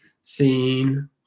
seen